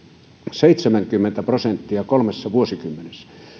seitsemänkymmentä prosenttia kolmessa vuosikymmenessä